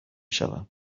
شوم